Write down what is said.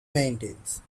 maintenance